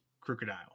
crocodile